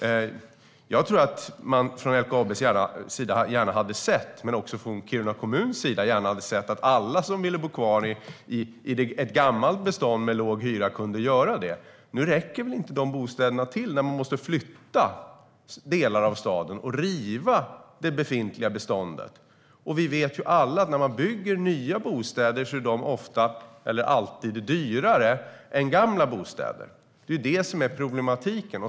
Jag tror att man både från LKAB:s och Kiruna kommuns sida gärna hade sett att alla som ville bo kvar i ett gammalt bestånd med låg hyra kunde göra det. Nu räcker inte de bostäderna till när man måste flytta delar av staden och riva det befintliga beståndet. Vi vet ju alla att när man bygger nya bostäder är de alltid dyrare än gamla bostäder. Det är ju det som är problemet.